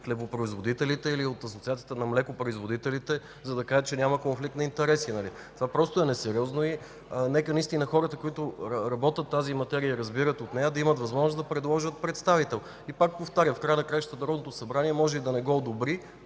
на хлебопроизводителите или от Асоциацията на млекопроизводителите, за да кажат, че няма конфликт на интереси?! Това просто е несериозно. Нека хората, които работят и разбират тази материя, да имат възможност да предложат представител. Пак повтарям: Народното събрание може да не го одобри